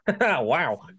wow